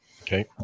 Okay